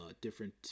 different